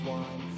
one